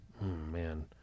man